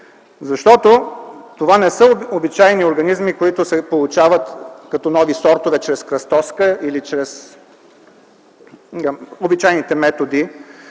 Защото това не са обичайни организми, които се получават като нови сортове чрез кръстоска или чрез обичайните методи,